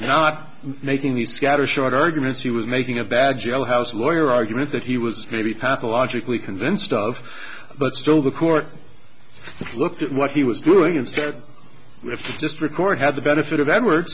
not making these scattershot arguments he was making a bad jailhouse lawyer argument that he was maybe pathologically convinced of but still the court looked at what he was doing instead of just record had the benefit of e